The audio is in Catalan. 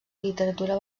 literatura